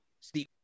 Steve